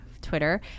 Twitter